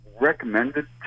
recommended